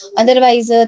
otherwise